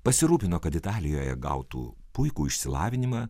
pasirūpino kad italijoje gautų puikų išsilavinimą